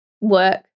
work